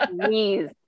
please